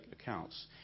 accounts